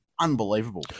unbelievable